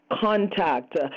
contact